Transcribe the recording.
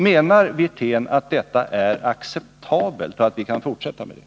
Menar Rolf Wirtén att detta är acceptabelt, att vi kan fortsätta med det?